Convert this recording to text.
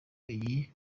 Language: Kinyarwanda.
iyi